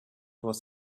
was